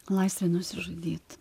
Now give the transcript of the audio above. laisvė nusižudyt